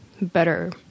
better